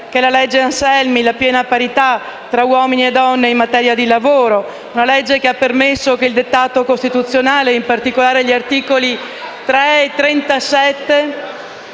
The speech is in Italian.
prevedeva la piena parità tra uomini e donne in materia di lavoro; tale legge ha fatto sì che il dettato costituzionale, e in particolare gli articoli 3 e 37,